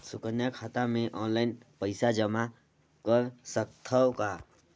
सुकन्या खाता मे ऑनलाइन पईसा जमा कर सकथव का?